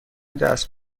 دست